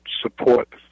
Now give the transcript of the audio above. support